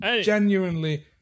genuinely